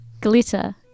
Glitter